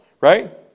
right